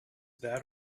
that